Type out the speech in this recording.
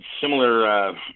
similar